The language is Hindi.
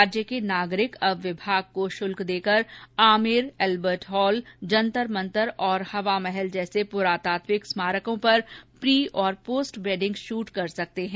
राज्य के नागरिक अव विभाग को शुल्क देकर आमेर अत्वर्ट हॉल जंतर मंतर हवामहल जैसे पुरातात्विक स्मारकों पर प्री और पोस्ट वेडिंग श्रृट कर सकते हैं